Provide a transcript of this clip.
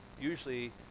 usually